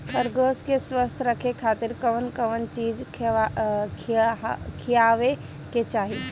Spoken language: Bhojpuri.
खरगोश के स्वस्थ रखे खातिर कउन कउन चिज खिआवे के चाही?